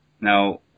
Now